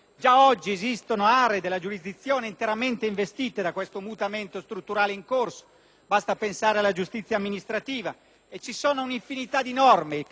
(basti pensare alla giustizia amministrativa) e ci sono un'infinità di norme che già collegano al territorio l'esercizio della giurisdizione, ma purtroppo solo in alcune zone territoriali.